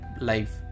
life